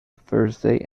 thursday